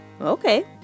Okay